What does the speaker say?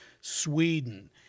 Sweden